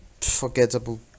forgettable